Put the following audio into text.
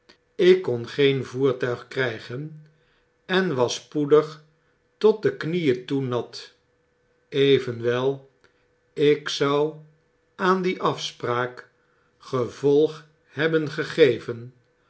ik kon geen voertuig krggen en was spoedig tot de knieen toe nat evenwel ik zou aan die afspraak gevolg hebben gegeven